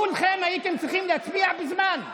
כולכם הייתם צריכים להצביע בזמן.